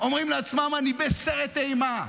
אומרים לעצמם: אני בסרט אימה.